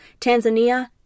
Tanzania